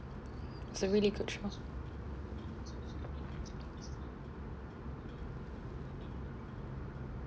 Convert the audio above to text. it's a really good show